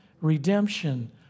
redemption